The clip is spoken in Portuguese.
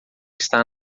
está